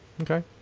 Okay